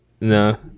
No